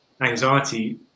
anxiety